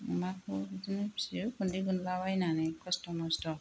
अमाखौ बिदिनो फियो गुनदै गुनला बायनानै खस्थ म'स्थ